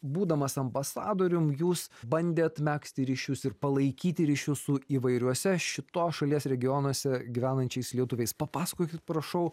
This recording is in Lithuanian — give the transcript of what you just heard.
būdamas ambasadorium jūs bandėt megzti ryšius ir palaikyti ryšius su įvairiuose šitos šalies regionuose gyvenančiais lietuviais papasakokit prašau